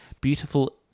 Beautiful